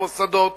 במוסדות